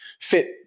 fit